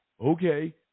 Okay